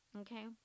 okay